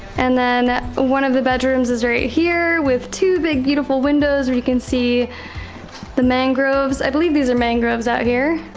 and then one of the bedrooms is right here with two big beautiful windows where you can see the mangroves, i believe these are mangroves out here.